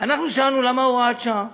אנחנו שאלנו למה הוראת שעה.